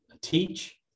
teach